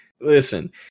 Listen